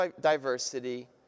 diversity